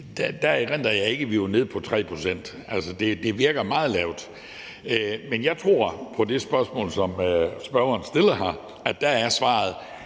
der erindrer jeg ikke at vi var nede på 3 pct. Altså, det virker meget lavt. Men jeg tror, at hvad angår det spørgsmål, som spørgeren stiller her, er svaret,